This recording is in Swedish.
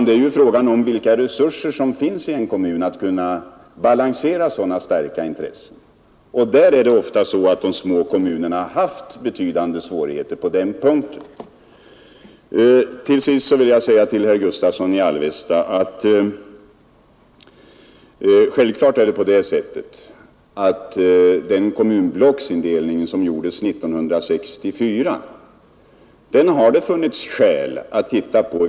Det är ju fråga om vilka resurser som finns i en kommun för att kunna balansera sådana starka intressen, och de små kommunerna har ofta haft betydande svårigheter på den punkten. Till sist vill jag säga till herr Gustavsson i Alvesta att det självfallet har funnits skäl att i vissa sammanhang se på den kommunblocksindelning som gjordes 1964.